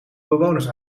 bewoners